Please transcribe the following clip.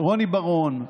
ורוני בר און,